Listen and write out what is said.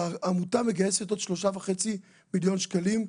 העמותה מגייסת עוד 3.5 מיליון שקלים מתורמים.